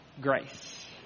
grace